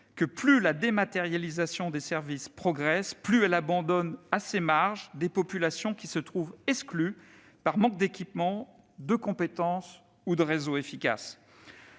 que plus la dématérialisation des services progresse, plus elle abandonne à ses marges des populations qui se trouvent exclues par manque d'équipement, de compétence ou de réseau performant.